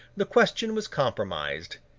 the question was compromised.